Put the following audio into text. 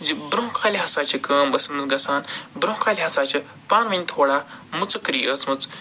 زِ برٛونٛٹھِ کالہِ ہَسا چھِ کٲم ٲسمٕژ گَژھان برٛونٛہہ کالہِ ہَسا چھِ پانہٕ ؤنۍ تھوڑا مُژُکری ٲسۍمٕژ